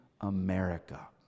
America